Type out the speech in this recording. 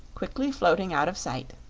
quickly floating out of sight.